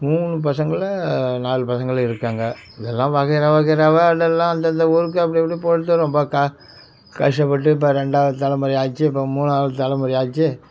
மூணு பசங்களோ நாலு பசங்களோ இருக்காங்க எல்லாம் வகையறா வகையறாவாக எல்லாம் எல்லாம் அந்தந்த ஊருக்கு அப்படி அப்படி போய்ட்டோம் ரொம்ப கஷ்டப்பட்டு இப்போ ரெண்டாவது தலைமுறை ஆச்சு இப்போ மூணாவது தலைமுறை ஆச்சு